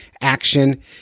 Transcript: action